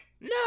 No